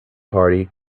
party